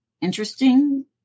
interesting